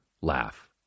laugh